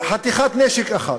חתיכת נשק אחת.